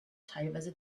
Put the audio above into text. teilweise